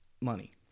money